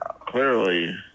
clearly